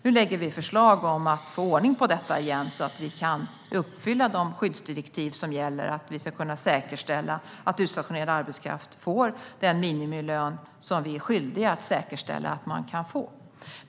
Nu lägger vi fram förslag om att få ordning på detta så att vi ska kunna uppfylla de skyddsdirektiv som gäller och säkerställa att utstationerad arbetskraft får den minimilön vi är skyldiga att säkerställa.